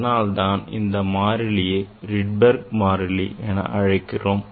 அதனால்தான் இந்த மாறிலியை Rydberg மாறிலி என அழைக்கிறோம்